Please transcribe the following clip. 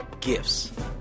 Gifts